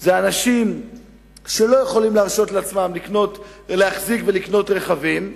אלה אנשים שלא יכולים להרשות לעצמם להחזיק ולקנות רכבים,